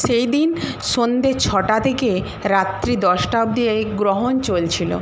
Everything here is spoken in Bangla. সেই দিন সন্ধ্যে ছটা থেকে রাত্রি দশটা অবধি এই গ্রহণ চলছিল